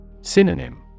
Synonym